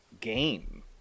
game